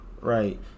right